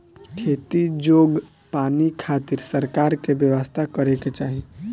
खेती जोग पानी खातिर सरकार के व्यवस्था करे के चाही